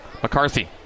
McCarthy